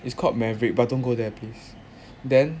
it's called maverick but don't go there please then